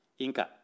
Inka